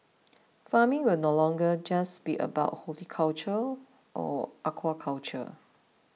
farming will no longer just be about horticulture or aquaculture